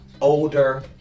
older